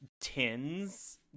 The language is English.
tins